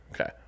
Okay